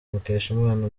mukeshimana